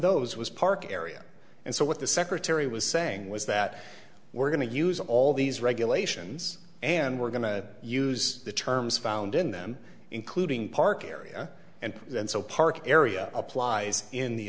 those was park area and so what the secretary was saying was that we're going to use all these regulations and we're going to use the terms found in them including park area and then so park area applies in the